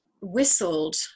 Whistled